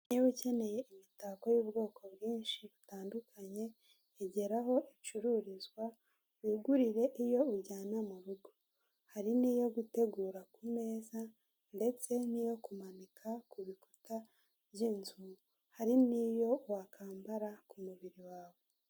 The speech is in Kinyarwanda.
Niba ukeneye imitako y'ubwoko bwinshi butandukanye igeraho icururizwa wigurire iyo ujyana mu rugo, hari n'iyo gutegura ku meza ndetse n'iyo kumanika ku bikuta by'inzu hari n'iyo wakambara ku mubiri wawe.